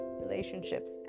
relationships